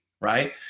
right